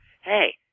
hey